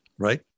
right